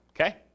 Okay